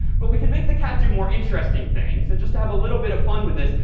but we can make the cat do more interesting things. and just to have a little bit of fun with this,